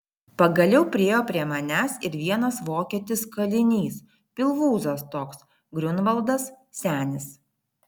pagaliau priėjo prie manęs ir vienas vokietis kalinys pilvūzas toks griunvaldas senis